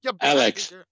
Alex